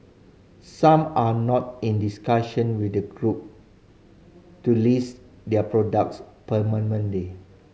some are now in discussion with the Group to list their products permanently